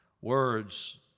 words